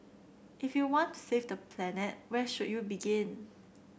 if you want to save the planet where should you begin